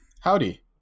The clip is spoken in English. Howdy